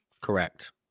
Correct